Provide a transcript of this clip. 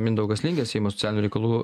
mindaugis lingė seimo socialinių reikalų